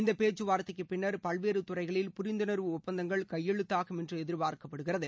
இந்த பேச்சுவார்த்தைக்குப் பின்னர் பல்வேறு துறைகளில் புரிந்துணர்வு ஒப்பந்தங்கள் கையெழுத்தாகும் என்று எதிர்பார்க்கப்படுகிறது